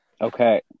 Okay